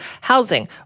housing